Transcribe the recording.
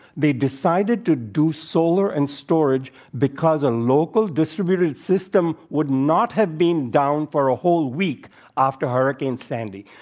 they decided to do solar and storage because a local distributing system would not have been down for a whole week after hurricane sandy.